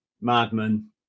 madman